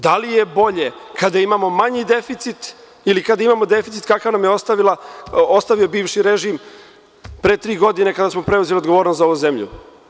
Da li je bolje kada imamo manji deficit ili kada imamo deficit kakav nam je ostavio bivši režim pre tri godine kada smo preuzeli odgovornost za ovu zemlju?